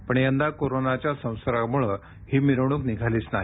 पण यंदाच्या कोरोनाच्या संसर्गामुळं ही मिरवणूक निघालीच नाही